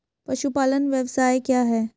पशुपालन व्यवसाय क्या है?